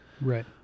Right